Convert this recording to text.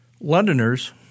Londoners